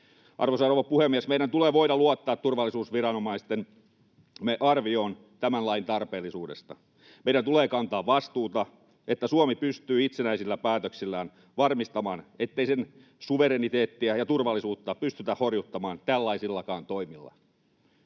Arvoisa rouva puhemies! Meidän tulee voida luottaa turvallisuusviranomaistemme arvioon tämän lain tarpeellisuudesta. Meidän tulee kantaa vastuuta, että Suomi pystyy itsenäisillä päätöksillään varmistamaan, ettei sen suvereniteettiä ja turvallisuutta pystytä horjuttamaan tällaisillakaan toimilla.